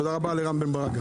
תודה רבה גם לרם בן ברק.